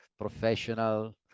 professional